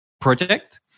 project